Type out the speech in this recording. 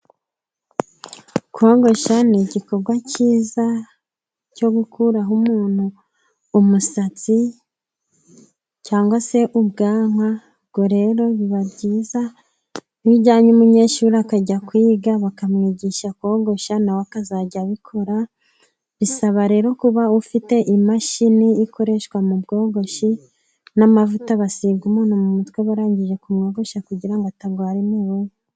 Kogoshya ni igikorwa cyiza, cyo gukuraho umuntu umusatsi, cyangwa se ubwanwa. Ubwo rero biba byiza iyo ujyanye umunyeshuri akajya kwiga bakamwigisha kogoshya nawe akazajya abikora. Bisaba rero kuba ufite imashini ikoreshwa mu bwogoshi n'amavuta basiga umuntu mu mutwe barangije kumwogoshya kugira ngo atagwara imiburu.